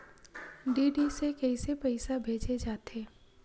DD से कइसे पईसा भेजे जाथे?